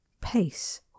pace